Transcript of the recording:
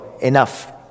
Enough